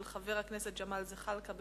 של חבר הכנסת ג'מאל זחאלקה,